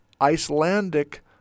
Icelandic